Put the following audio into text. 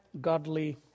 godly